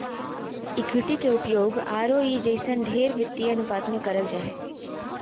equity के उपयोग ROE जइसन ढेर वित्तीय अनुपात मे करल जा हय